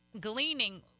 gleaning